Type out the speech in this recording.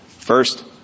First